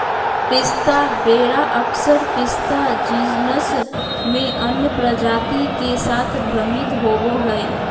पिस्ता वेरा अक्सर पिस्ता जीनस में अन्य प्रजाति के साथ भ्रमित होबो हइ